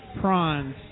prawns